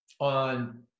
on